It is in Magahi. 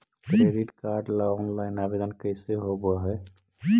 क्रेडिट कार्ड ल औनलाइन आवेदन कैसे होब है?